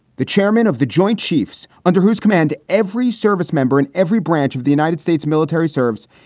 the chairman of the joint chiefs, under whose command every service member and every branch of the united states military serves.